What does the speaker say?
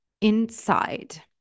inside